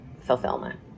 fulfillment